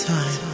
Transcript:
Time